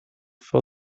for